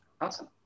awesome